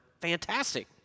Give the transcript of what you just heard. fantastic